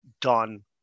done